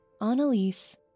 Annalise